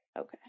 Okay